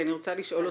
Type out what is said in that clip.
אני רוצה לשאול אותך,